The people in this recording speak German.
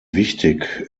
wichtig